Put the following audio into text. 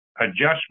adjustment